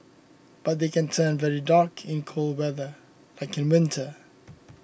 but they can turn very dark in cold weather like in winter